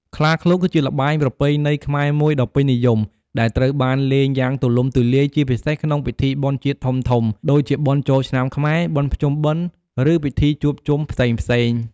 ខ្លាឃ្លោក គឺជាល្បែងប្រពៃណីខ្មែរមួយដ៏ពេញនិយម ដែលត្រូវបានលេងយ៉ាងទូលំទូលាយ ជាពិសេសក្នុងពិធីបុណ្យជាតិធំៗ ដូចជាបុណ្យចូលឆ្នាំខ្មែរ បុណ្យភ្ជុំបិណ្ឌ ឬពិធីជួបជុំផ្សេងៗ។